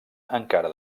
encara